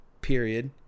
period